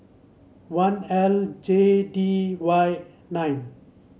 one L J D Y nine